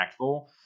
impactful